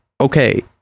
okay